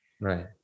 Right